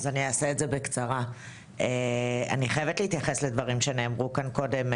אני חייבת להתייחס לדברים שנאמרו כאן קודם,